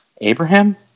Abraham